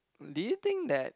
do you think that